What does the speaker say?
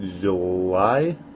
July